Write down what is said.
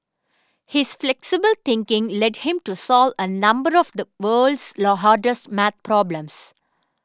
his flexible thinking led him to solve a number of the world's the hardest math problems